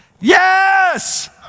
yes